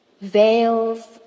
veils